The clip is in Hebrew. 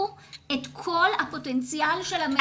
את כל הפוטנציאל של המעונות הנעולים.